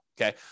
okay